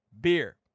beer